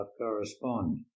correspond